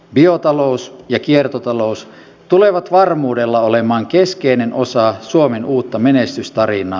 biotalous ja kiertotalous tulevat varmuudella olemaan keskeinen osa suomen uutta menestystarinaa